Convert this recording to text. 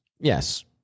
Yes